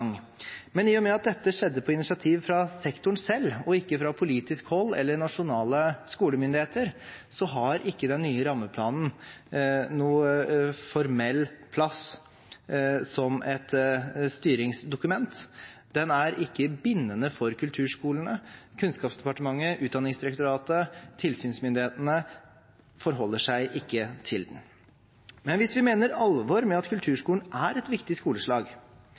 gang. Men i og med at dette skjedde på initiativ fra sektoren selv og ikke fra politisk hold eller nasjonale skolemyndigheter, har ikke den nye rammeplanen noen formell plass som et styringsdokument. Den er ikke bindende for kulturskolene. Kunnskapsdepartementet, Utdanningsdirektoratet eller tilsynsmyndighetene forholder seg ikke til den. Men hvis vi mener alvor med at kulturskolen er et viktig skoleslag,